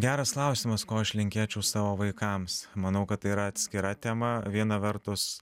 geras klausimas ko aš linkėčiau savo vaikams manau kad tai yra atskira tema viena vertus